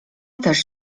też